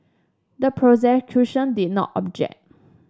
the prosecution did not object